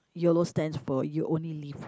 Yolo stands for you only live